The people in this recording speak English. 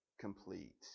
complete